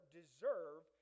deserve